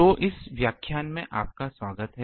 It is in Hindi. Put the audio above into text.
तो इस व्याख्यान में आपका स्वागत है